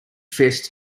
fist